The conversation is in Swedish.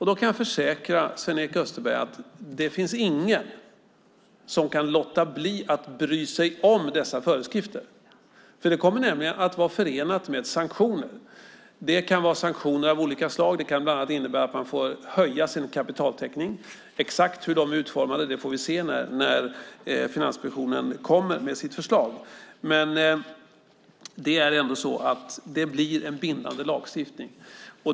Då kan jag försäkra Sven-Erik Österberg att det inte finns någon som kan låta bli att bry sig om dessa föreskrifter. Det kommer nämligen att vara förenat med sanktioner. Det kan vara sanktioner av olika slag. Det kan bland annat innebära att man får höja sin kapitaltäckning. Exakt hur dessa är utformade får vi se när Finansinspektionen kommer med sitt förslag. Det blir en bindande lagstiftning.